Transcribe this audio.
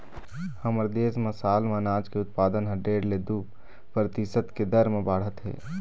हमर देश म साल म अनाज के उत्पादन ह डेढ़ ले दू परतिसत के दर म बाढ़त हे